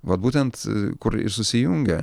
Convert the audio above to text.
vat būtent kur ir susijungia